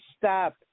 stop